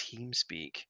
TeamSpeak